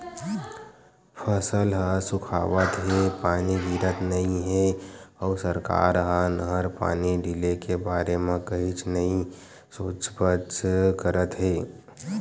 फसल ह सुखावत हे, पानी गिरत नइ हे अउ सरकार ह नहर पानी ढिले के बारे म कहीच नइ सोचबच करत हे